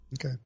Okay